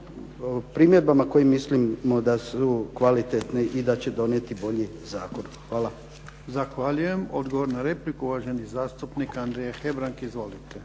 primjedbama koje mislim da su kvalitetne i da će donijeti bolji zakon. Hvala.